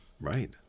Right